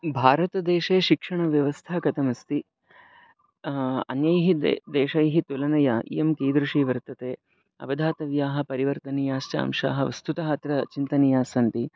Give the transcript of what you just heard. भारतदेशे शिक्षणव्यवस्था कथम् अस्ति अन्यैः दे देशैः तुलनया इयं कीदृशी वर्तते अवधातव्याः परिवर्तनीयाश्च अंशाः वस्तुतः अत्र चिन्तनीयाः सन्ति